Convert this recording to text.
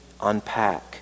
unpack